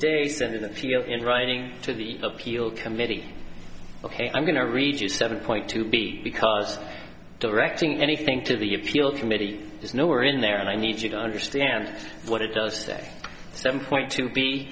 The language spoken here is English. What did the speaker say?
days in the field in writing to the appeal committee ok i'm going to read you seven point two b because directing anything to the appeal committee is nowhere in there and i need you to understand what it does say seven point two b